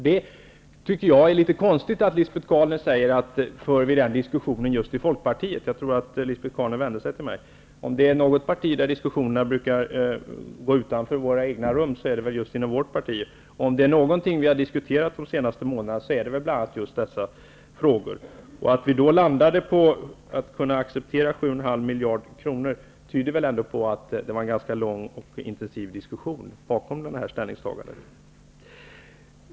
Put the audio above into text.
Det är litet konstigt att Lisbet Calner frågar om vi för den diskussionen i Folkpartiet. Om det är inom något parti som diskussionerna brukar gå utanför de egna rummen, är det väl just inom vårt parti. Om det är någonting vi har diskuterat de senaste månaderna är det just dessa frågor. Att vi då landade på det ställningstagandet att vi accepterar indragningar på 7,5 miljarder kronor tyder väl på att vi har fört en ganska lång och intensiv diskussion.